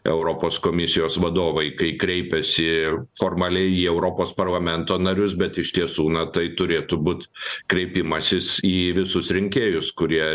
europos komisijos vadovai kai kreipiasi formaliai į europos parlamento narius bet iš tiesų na tai turėtų būt kreipimasis į visus rinkėjus kurie